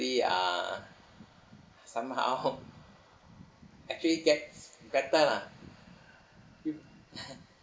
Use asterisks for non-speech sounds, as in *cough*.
~ly ah somehow *laughs* actually gets better lah *laughs*